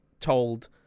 told